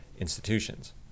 institutions